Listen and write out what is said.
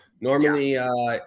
Normally